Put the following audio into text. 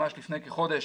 ממש לפני כחודש,